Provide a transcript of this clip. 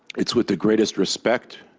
it's with the greatest respect